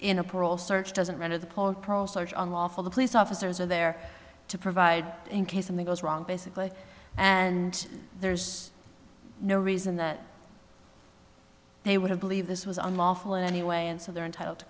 in a parole search doesn't render the call procedures on lawful the police officers are there to provide in case something goes wrong basically and there's no reason that they would have believed this was unlawful in any way and so they're entitled to